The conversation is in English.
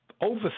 over